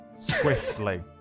Swiftly